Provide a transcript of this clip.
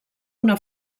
una